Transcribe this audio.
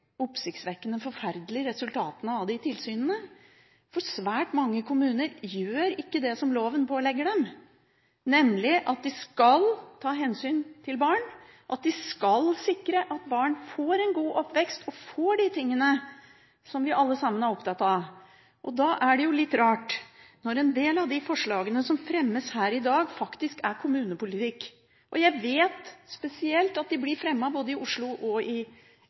oppsiktsvekkende forferdelig. For svært mange kommuner gjør ikke det som loven pålegger dem. De skal ta hensyn til barn, de skal sikre at barn får en god oppvekst og får de tingene som vi alle er opptatt av. Det er litt rart at en del av de forslagene som fremmes her i dag, gjelder kommunepolitikk. Jeg vet at forslagene blir fremmet i f.eks. Oslo og Tromsø. Da er det opp til kommunepolitikerne der å gjøre det som representanten Røe Isaksen var innom i